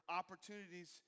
opportunities